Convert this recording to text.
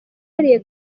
yariye